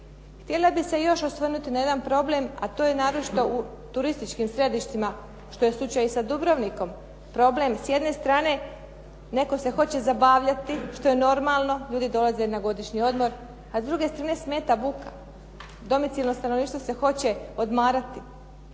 Htjela bih se još osvrnuti na jedan problem, a to je naročito u turističkim središtima, što je slučaj i sa Dubrovnikom, problem s jedne strane, netko se hoće zabavljati, što je normalno, ljudi dolaze na godišnji odmor, a s druge strane, smeta buka. Domicilno stanovništvo se hoće odmarati.